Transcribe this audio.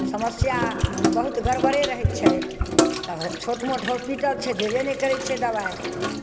समस्या बहुत गड़बड़े रहै छै तऽ छोट मोट हॉस्पिटल छै देबे नहि करै छै दबाइ